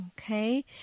Okay